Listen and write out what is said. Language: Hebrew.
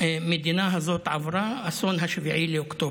שהמדינה הזאת עברה, אסון 7 באוקטובר.